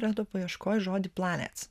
radau paieškoj žodį planets